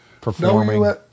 performing